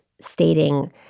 stating